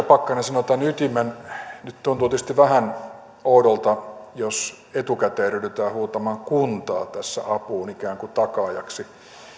pakkanen sanoi tämän ytimen nyt tuntuu tietysti vähän oudolta jos etukäteen ryhdytään huutamaan kuntaa tässä apuun ikään kuin takaajaksi